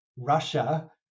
Russia